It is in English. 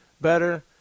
better